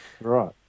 Right